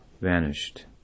vanished